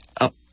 up